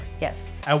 Yes